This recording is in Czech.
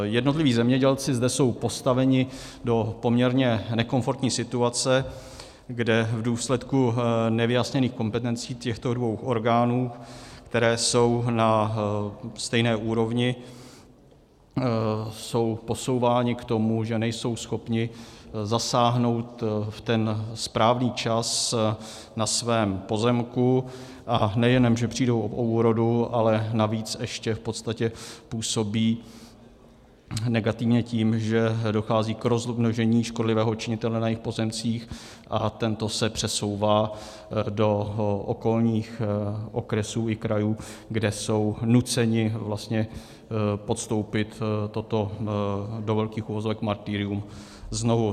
Jednotliví zemědělci zde jsou postaveni do poměrně nekomfortní situace, kde v důsledku nevyjasněných kompetencí těchto dvou orgánů, které jsou na stejné úrovni, jsou posouváni k tomu, že nejsou schopni zasáhnout ve správný čas na svém pozemku, a nejenom že přijdou o úrodu, ale navíc ještě v podstatě působí negativně tím, že dochází k rozmnožení škodlivého činitele na jejich pozemcích a tento se přesouvá do okolních okresů i krajů, kde jsou nuceni vlastně podstoupit toto, do velkých uvozovek, martyrium znovu.